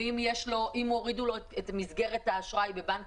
ואם הורידו לו את מסגרת האשראי בבנק